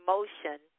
Motion